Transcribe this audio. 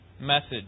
message